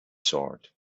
sword